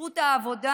בזכות העבודה,